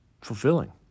fulfilling